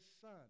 son